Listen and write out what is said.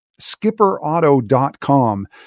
SkipperAuto.com